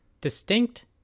distinct